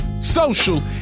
social